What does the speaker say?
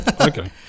Okay